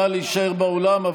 נא להישאר באולם,